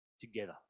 together